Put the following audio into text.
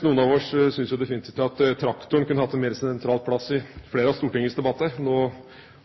Noen av oss syns jo definitivt at traktoren kunne hatt en mer sentral plass i flere av Stortingets debatter. Nå